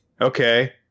Okay